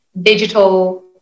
digital